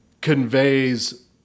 conveys